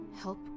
help